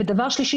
ודבר שלישי,